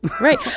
Right